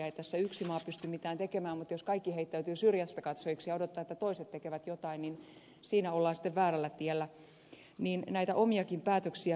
ei tässä yksi maa pysty mitään tekemään mutta jos kaikki heittäytyvät syrjästäkatsojiksi ja odottavat että toiset tekevät jotain niin siinä ollaan sitten väärällä tiellä näitä omiakin päätöksiä pitää tehdä